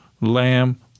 lamb